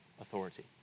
authority